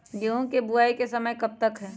गेंहू की बुवाई का समय कब तक है?